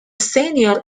senior